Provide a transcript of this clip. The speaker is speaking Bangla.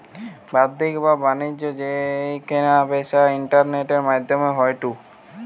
বাদ্দিক বাণিজ্য যেই কেনা বেচা ইন্টারনেটের মাদ্ধমে হয়ঢু